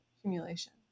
accumulation